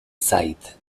zait